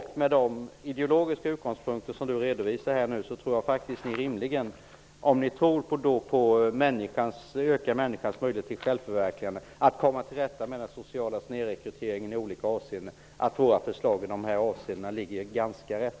Med tanke på de ideologiska utgångspunkter som Björn Samuelson här har redovisat -- vad gäller möjligheterna att öka människans självförverkligande och att komma till rätta med den sociala snedrekryteringen i olika avseenden -- tror jag att våra förslag i dessa sammanhang ligger ganska rätt.